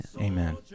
Amen